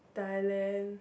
Thailand